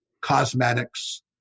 cosmetics